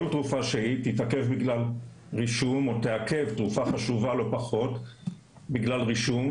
תתעכב בגלל רישום או תעכב תרופה חשובה לא פחות בגלל רישום,